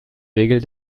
regel